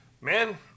man